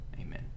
Amen